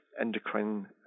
endocrine